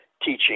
teaching